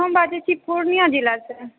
हम बाजैत छी पुर्णियाँ जिलासँ